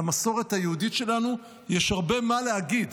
למסורת היהודית שלנו, יש הרבה מה להגיד